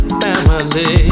family